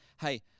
Hey